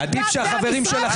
-- והמשרד שלו ימשיך להופיע.